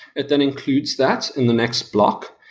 it then includes that in the next block,